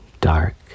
dark